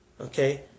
Okay